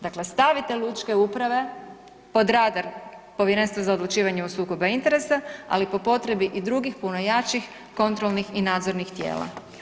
Dakle, stavite lučke uprave pod radar Povjerenstva za odlučivanje o sukobu interesa ali po potrebi i drugih puno jačih kontrolnih i nadzornih tijela.